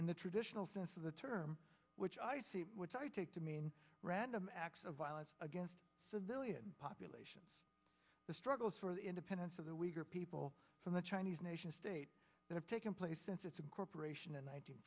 in the traditional sense of the term which i see which i take to mean random acts of violence against civilian populations the struggle for the independence of the weaker people from the chinese nation states that have taken place since it's a corporation